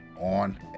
on